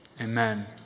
Amen